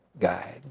guide